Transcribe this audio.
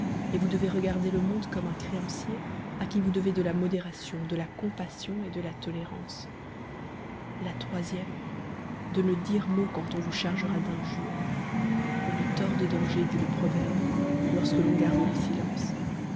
et vous devez regarder le monde comme un créancier à qui vous devez de la modération de la compassion et de la tolérance la troisième de ne dire mot quand on vous chargera d'injures on est hors de danger dit le proverbe lorsque l'on garde le silence